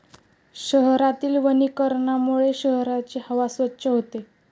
शहरातील वनीकरणामुळे शहराची हवा स्वच्छ होते